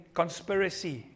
conspiracy